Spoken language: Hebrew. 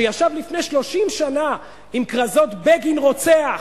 שישב לפני 30 שנה עם כרזות "בגין רוצח",